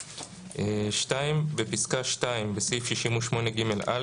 "(2) בפסקה (2) בסעיף 68ג(א)